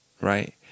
right